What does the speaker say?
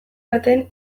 baten